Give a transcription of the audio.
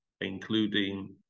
including